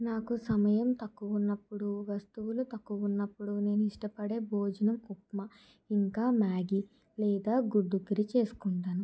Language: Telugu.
నాకు సమయం తక్కువ ఉన్నప్పుడు వస్తువులు తక్కువ ఉన్నప్పుడు నేను ఇష్టపడే భోజనం ఉప్మా ఇంకా మ్యాగీ లేదా గుడ్డు కర్రీ చేసుకుంటాను